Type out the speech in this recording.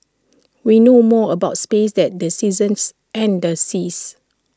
we know more about space than the seasons and the seas